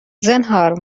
زنهار